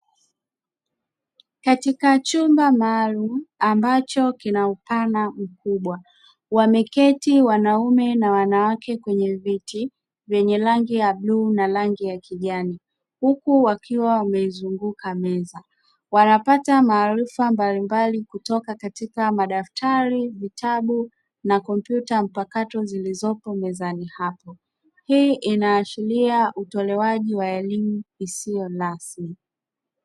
Katika ya chumba maalumu ambacho kina upana mkubwa; wameketi wanaume na wanawake kwenye viti vyenye rangi ya bluu na rangi ya kijani, huku wakiwa wameizunguka meza. Wanapata maarifa mbalimbali kutoka katika madaftari, vitabu na kompyuta mpakato zilizopo mezani hapo. Hii inaashiria utolewaji wa elimu isiyo rasmi.